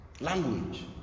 Language